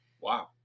Wow